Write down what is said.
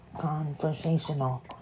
conversational